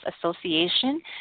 Association